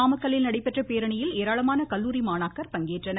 நாமக்கல்லில் நடைபெற்ற பேரணியில் ஏராளமான கல்லூரி மாணாக்கர் பங்கேற்றனர்